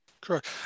Correct